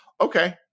okay